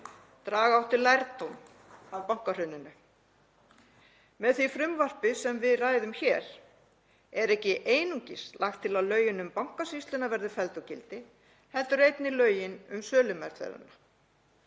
Draga átti lærdóm af bankahruninu. Með því frumvarpi sem við ræðum hér er ekki einungis lagt til að lögin um Bankasýsluna verði felld úr gildi heldur einnig lögin um sölumeðferðina.